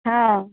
हँ